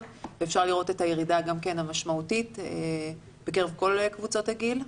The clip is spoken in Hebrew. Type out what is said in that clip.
ואפשר לראות את הירידה גם כן המשמעותית בקרב כל קבוצות הגיל,